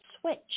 switch